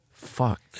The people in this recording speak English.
Fuck